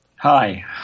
Hi